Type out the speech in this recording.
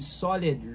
solid